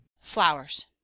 Flowers